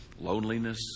loneliness